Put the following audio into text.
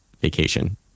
vacation